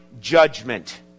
judgment